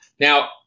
Now